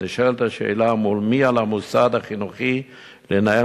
ונשאלת השאלה מול מי על המוסד החינוכי לנהל